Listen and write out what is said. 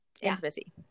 intimacy